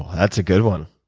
that's a good one.